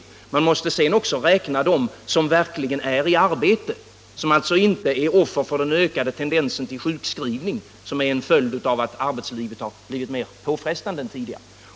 Sedan måste man även räkna dem som verkligen är i arbete och alltså inte offer för den ökade tendensen till sjukskrivning vilken är en följd av att arbetslivet blivit mer påfrestande än tidigare.